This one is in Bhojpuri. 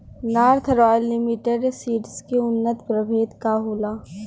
नार्थ रॉयल लिमिटेड सीड्स के उन्नत प्रभेद का होला?